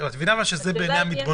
אבל את מבינה שזה בעצם בעיני המתבונן.